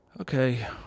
Okay